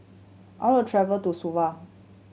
I want to travel to Suva